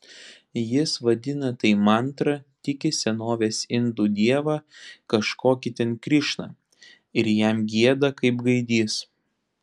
jis vadina tai mantra tiki senovės indų dievą kažkokį ten krišną ir jam gieda kaip gaidys